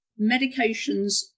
medications